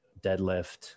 deadlift